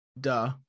duh